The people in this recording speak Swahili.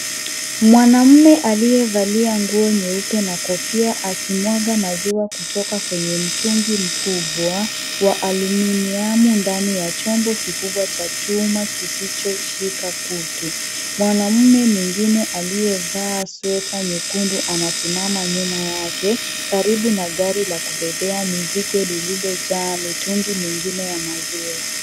Mwanaume aliyevalia nguo nyeupe na kofia akimwaga maziwa kutoka kwenye mtungi mkubwa wa aluminium , ndani ya chombo kikubwa cha chuma kisichoshika kutu. Mwanaume mwengine aliyevaa sweta nyekundu amesima anyuma yake, karibu na gari la kubebea mizigo lililojaa mitungi mengine ya kubebea maziwa.